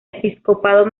episcopado